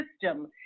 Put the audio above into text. system